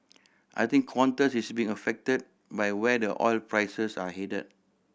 I think Qantas is being affected by where the oil prices are headed